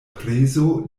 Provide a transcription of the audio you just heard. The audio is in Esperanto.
prezo